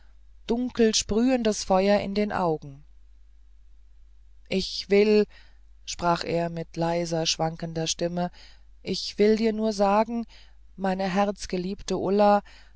dunkel sprühendes feuer in den augen ich will sprach er mit leiser schwankender stimme ich will dir nur sagen meine herzgeliebte ulla